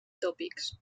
tòpics